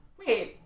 wait